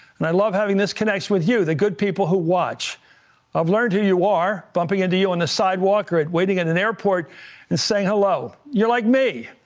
and i love having this connect with you, the good people who watch of learn who you are bumping into you on the sidewalk, or waiting in an airport and saying hello, you're like me,